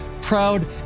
proud